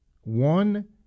One